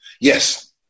Yes